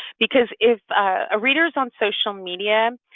because if a reader is on social media,